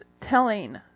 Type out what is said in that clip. telling